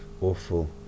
awful